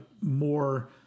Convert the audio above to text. more